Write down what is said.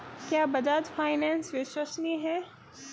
क्या बजाज फाइनेंस विश्वसनीय है?